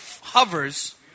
hovers